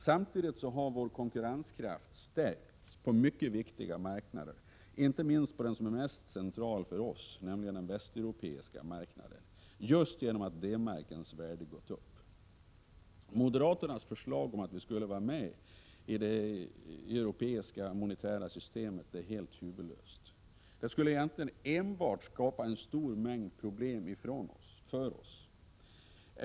Samtidigt har vår konkurrenskraft stärkts på mycket viktiga marknader, inte minst på den som är mest central för oss, nämligen den västeuropeiska, just genom att D-markens värde gått upp. Moderaternas förslag om att vi borde tillhöra EMS är helt huvudlöst. Det skulle enbart skapa en stor mängd problem för oss.